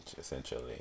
essentially